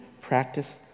Practice